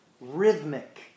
Rhythmic